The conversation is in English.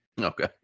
okay